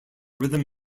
rhythm